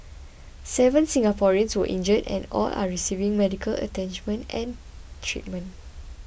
seven Singaporeans were injured and all are receiving medical and treatment